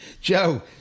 Joe